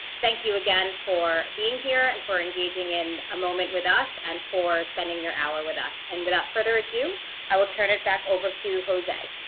thank you again for being here and for engaging in a moment with us and for spending your hour with us and without further ado i will turn it back over to jose.